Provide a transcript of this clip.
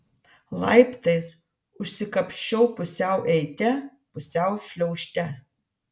laiptais užsikapsčiau pusiau eite pusiau šliaužte